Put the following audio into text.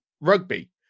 rugby